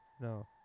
no